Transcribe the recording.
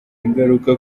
ingaruka